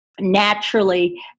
naturally